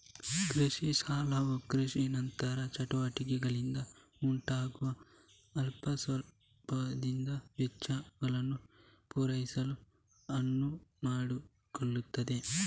ಕೃಷಿ ಸಾಲವು ಕೃಷಿ ನಂತರದ ಚಟುವಟಿಕೆಗಳಿಂದ ಉಂಟಾಗುವ ಅಲ್ಪಾವಧಿಯ ವೆಚ್ಚಗಳನ್ನು ಪೂರೈಸಲು ಅನುವು ಮಾಡಿಕೊಡುತ್ತದೆ